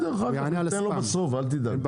הוא יענה על הספאם.